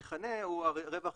המכנה הוא הרווח,